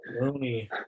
Loony